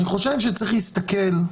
אני חושב שצריך להסתכל,